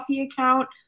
account